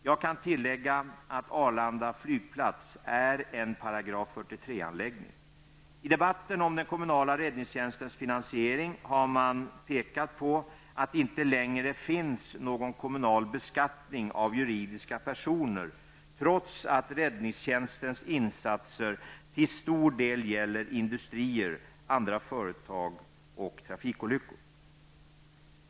Jag kan tillägga att Arlanda flygplats är en paragraf 43 I debatten om den kommunala räddningstjänstens finansiering har man pekat på att det inte längre finns någon kommunal beskattning av juridiska personer trots att räddningstjänstens insatser till stor del gäller industrier, andra företag och trafikolyckor.